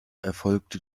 erfolgte